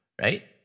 right